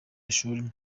ishuri